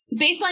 Baseline